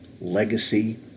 legacy